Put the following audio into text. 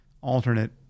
alternate